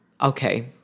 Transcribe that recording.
Okay